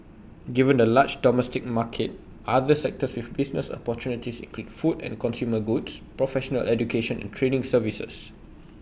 given the large domestic market other sectors with business opportunities include food and consumer goods professional education and training services